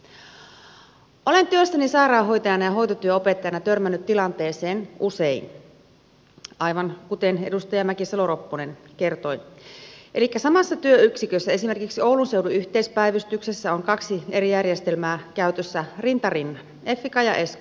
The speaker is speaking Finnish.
olen työssäni sairaanhoitajana ja hoitotyön opettajana törmännyt tilanteeseen usein aivan kuten edustaja mäkisalo ropponen kertoi elikkä samassa työyksikössä esimerkiksi oulun seudun yhteispäivystyksessä on kaksi eri järjestelmää käytössä rinta rinnan effica ja esko